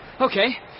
Okay